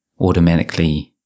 automatically